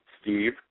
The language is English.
Steve